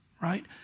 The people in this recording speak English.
right